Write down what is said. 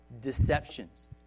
deceptions